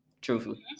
truthfully